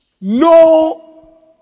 No